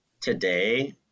today